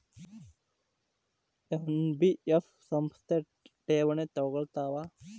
NBF ಸಂಸ್ಥಾ ಠೇವಣಿ ತಗೋಳ್ತಾವಾ?